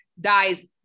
dies